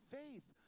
faith